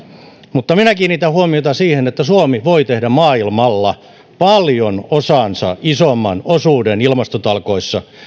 mutta minä kiinnitän huomiota siihen että suomi voi tehdä maailmalla paljon osaansa isomman osuuden ilmastotalkoissa